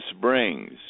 brings